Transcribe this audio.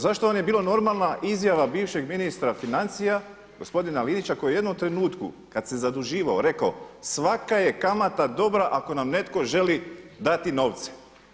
Zašto vam je bila normalna izjava bivšeg ministra financija, gospodina Linića koji je u jednom trenutku kada se zaduživao rekao, svaka je kamata dobra ako nam netko želi dati novce.